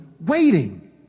waiting